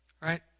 right